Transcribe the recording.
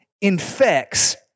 infects